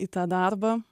į tą darbą